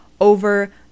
over